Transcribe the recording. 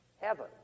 heaven